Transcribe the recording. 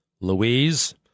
Louise